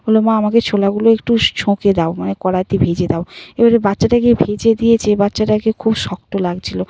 বলল মা আমাকে ছোলাগুলো একটু ছেঁকে দাও মানে কড়াইতে ভেজে দাও এবারে বাচ্চাটাকে ভেজে দিয়েছে বাচ্চাটাকে খুব শক্ত লাগছিল